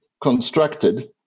constructed